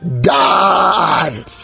die